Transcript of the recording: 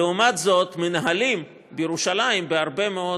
לעומת זאת, מנהלים בירושלים בהרבה מאוד